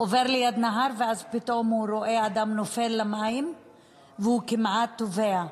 עובר ליד נהר ואז פתאום הוא רואה אדם נופל למים וכמעט טובע,